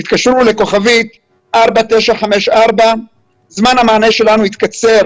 תתקשרו לכוכבית 4954. זמן המענה שלנו התקצר